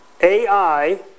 AI